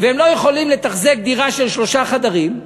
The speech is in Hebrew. והם לא יכולים לתחזק דירה של שלושה חדרים,